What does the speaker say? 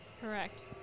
Correct